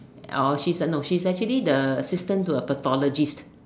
or or no he's actually the assistant to a pathologist